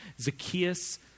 Zacchaeus